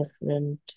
different